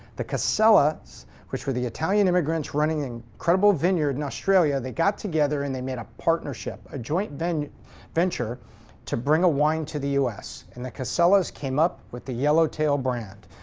the casellas, which were the italian-americans running an incredible vineyard in australia, they got together and they made a partnership, a joint venture to bring a wine to the u s. and the casellas came up with the yellow tail brand,